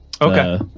Okay